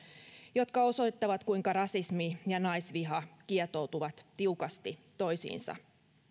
jotka osoittavat kuinka rasismi ja naisviha kietoutuvat tiukasti toisiinsa